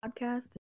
podcast